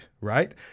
right